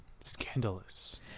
Scandalous